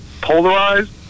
polarized